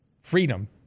freedom